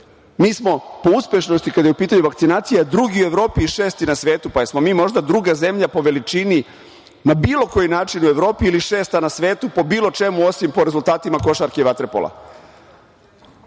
Mi smo po uspešnosti kada je u pitanju vakcinacija drugi u Evropi i šesti na svetu. Pa jel smo mi možda druga zemlja po veličini na bilo koji način u Evropi ili šesta na svetu po bilo čemu osim po rezultatima košarke i vaterpola?